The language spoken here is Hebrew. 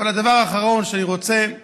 הדבר האחרון שאני רוצה זה